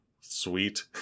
sweet